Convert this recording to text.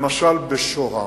למשל בשוהם,